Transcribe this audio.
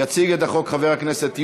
יציג את החוק חבר הכנסת יונה.